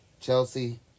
Chelsea